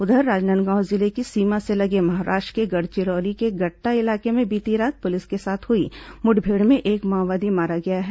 उधर राजनांदगांव जिले की सीमा से लगे महाराष्ट्र के गढ़चिरैली के गट्टा इलाके में बीती रात पुलिस के साथ हई मुठभेड़ में एक माओवादी मारा गया है